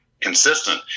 consistent